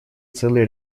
целый